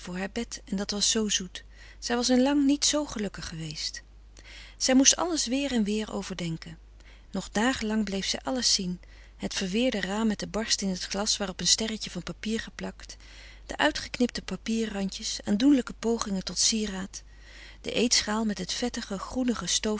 en dat was zoo zoet zij was in lang niet zoo gelukkig geweest zij moest alles weer en weer overdenken nog dagen lang bleef zij alles zien het verweerde raam met den barst in t glas waarop een sterretje van papier geplakt de uitgeknipte papier randjes aandoenlijke pogingen tot sieraad de eetschaal met het vettige groenige